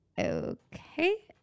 okay